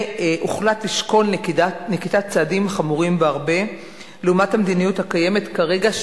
הוחלט לשקול נקיטת צעדים חמורים בהרבה לעומת המדיניות הקיימת כרגע,